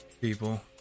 people